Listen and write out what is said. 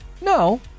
No